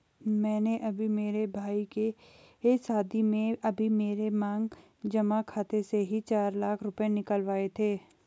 मैंने अभी मेरे भाई के शादी में अभी मेरे मांग जमा खाते से ही चार लाख रुपए निकलवाए थे